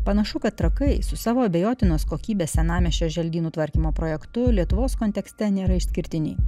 panašu kad trakai su savo abejotinos kokybės senamiesčio želdynų tvarkymo projektu lietuvos kontekste nėra išskirtiniai